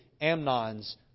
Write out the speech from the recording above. Amnon's